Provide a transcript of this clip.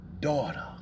daughter